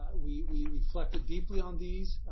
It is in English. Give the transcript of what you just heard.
ah we we reflected deeply on these,